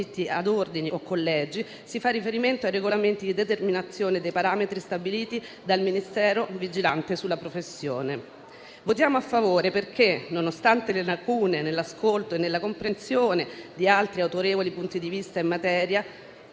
a ordini o collegi si fa riferimento a regolamenti di determinazione dei parametri stabiliti dal Ministero vigilante sulla professione. Voteremo a favore perché, nonostante le lacune nell'ascolto e nella comprensione di altri autorevoli punti di vista in materia,